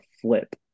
flip